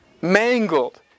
Mangled